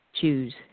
choose